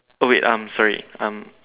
oh wait um sorry um